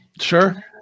Sure